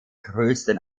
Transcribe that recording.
größten